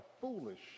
foolish